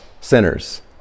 sinners